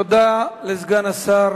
תודה לסגן השר